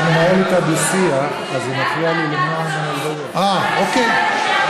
אתה מנהל איתה דו-שיח, אז זה מפריע לי, אה, אוקיי.